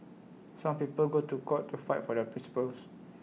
some people go to court to fight for their principles